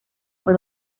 fue